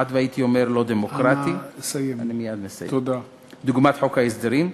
כמעט הייתי אומר: לא דמוקרטי, דוגמת חוק ההסדרים?